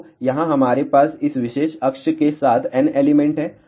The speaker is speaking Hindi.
तो यहाँ हमारे पास इस विशेष अक्ष के साथ n एलिमेंट हैं